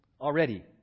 already